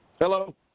Hello